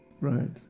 right